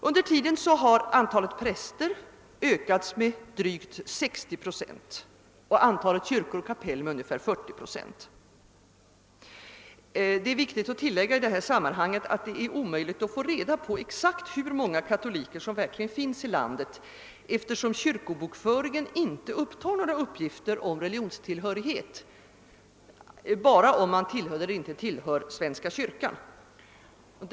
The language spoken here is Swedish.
Under tiden har antalet präster ökat med drygt 60 procent och antalet kyrkor och kapell med ungefär 40 pro cent. Det är viktigt att i detta sammanhang tillägga att det är omöjligt att exakt få reda på hur många katoliker som finns i landet, eftersom kyrkobokföringen inte har några uppgifter om religionstillhörighet, utan endast anger om vederbörande tillhör svenska kyrkan eller ej.